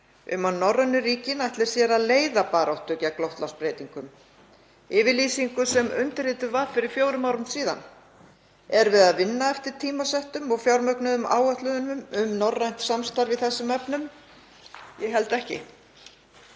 um að norrænu ríkin ætli sér að leiða baráttu gegn loftslagsbreytingum, yfirlýsingu sem undirrituð var fyrir fjórum árum síðan? Erum við að vinna eftir tímasettum og fjármögnuðum áætlunum um norrænt samstarf í þessum efnum? Ég held ekki.